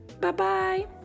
Bye-bye